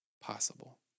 possible